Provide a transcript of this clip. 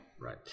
Right